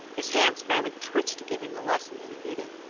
his hands fairly twitched to give him the lesson that he needed,